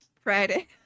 Friday